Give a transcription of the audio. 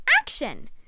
action